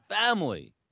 family